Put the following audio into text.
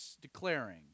declaring